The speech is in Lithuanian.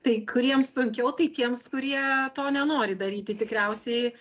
tai kuriems sunkiau tai tiems kurie to nenori daryti tikriausiai